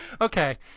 Okay